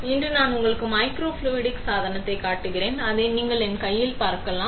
எனவே இன்று நான் உங்களுக்கு மைக்ரோஃப்ளூய்டிக் சாதனத்தைக் காட்டுகிறேன் அதை நீங்கள் என் கையில் பார்க்கலாம்